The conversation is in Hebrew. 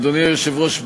אדוני היושב-ראש,